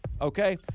okay